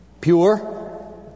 pure